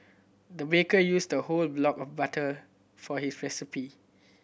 the baker used the whole block of butter for his recipe